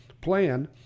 plan